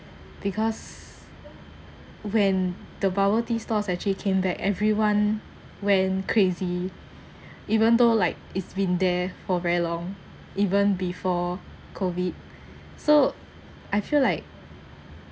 because when the bubble tea stores actually came back everyone went crazy even though like it's been there for very long even before COVID so I feel like